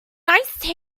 nice